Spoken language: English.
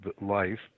life